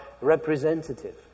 representative